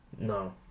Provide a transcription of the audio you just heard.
No